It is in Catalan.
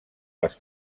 les